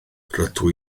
rydw